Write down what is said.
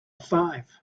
five